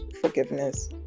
forgiveness